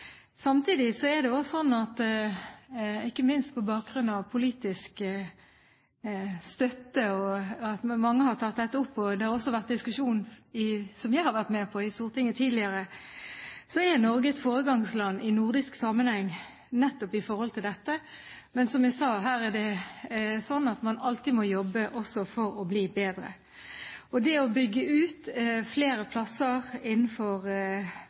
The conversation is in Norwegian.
Ikke minst på bakgrunn av politisk støtte og at mange har tatt opp dette, og det har også vært diskusjon som jeg har vært med på i Stortinget tidligere, er Norge blitt et foregangsland i nordisk sammenheng nettopp på dette området. Men som jeg sa: Her må man alltid jobbe for å bli bedre. Det å bygge ut flere plasser innenfor